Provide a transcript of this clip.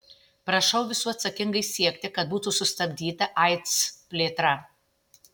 prašau visų atsakingai siekti kad būtų sustabdyta aids plėtra